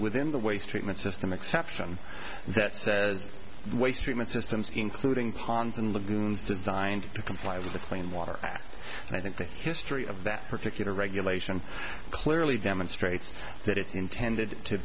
within the waste treatment system exception that says waste treatment systems including ponds and lagoons designed to comply with the clean water act and i think the history of that particular regulation clearly demonstrates that it's intended to